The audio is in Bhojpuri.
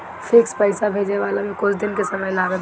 फिक्स पईसा भेजाववला में कुछ दिन के समय लागत बाटे